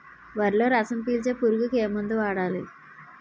వరిలో రసం పీల్చే పురుగుకి ఏ మందు వాడాలి?